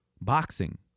Boxing